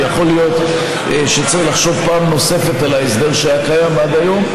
ויכול להיות שצריך לחשוב פעם נוספת על ההסדר שהיה קיים עד היום,